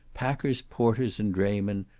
packers, porters, and draymen,